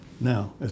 Now